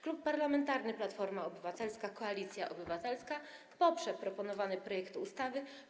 Klub Parlamentarny Platforma Obywatelska - Koalicja Obywatelska poprze proponowany projekt ustawy.